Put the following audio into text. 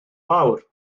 fawr